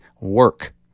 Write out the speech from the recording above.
work